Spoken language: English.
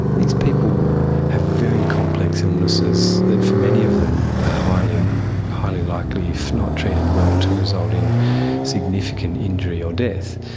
these people have very complex illnesses, that for many of them are highly likely, if not treated well, to resolve in significant injury or death.